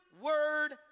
word